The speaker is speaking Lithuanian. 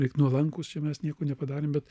lyg nuolankūsčia mes nieko nepadarėm bet